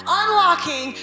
unlocking